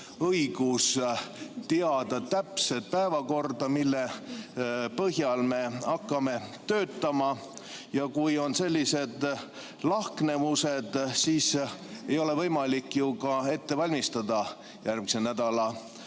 õigus teada täpset päevakorda, mille põhjal me hakkame töötama. Kui on sellised lahknevused, siis ei ole ju võimalik ka ennast ette valmistada järgmise nädala